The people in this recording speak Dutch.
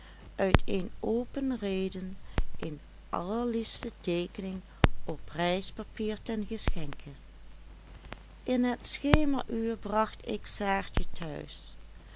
uit een open reden een allerliefste teekening op rijstpapier ten geschenke in het schemeruur bracht ik saartje thuis